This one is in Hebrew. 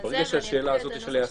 הרשות השופטת,